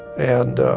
and,